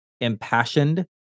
impassioned